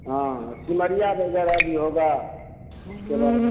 हाँ हाँ सिमरिया वगैरह भी होगा उसके बाद